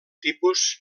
tipus